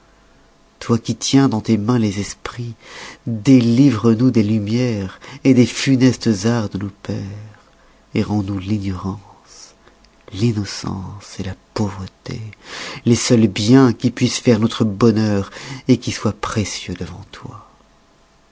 toi qui tiens dans tes mains les esprits délivre nous des lumières des funestes arts de nos pères rends nous l'ignorance l'innocence la pauvreté les seuls biens qui puissent faire notre bonheur qui soient précieux devant toi